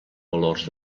valors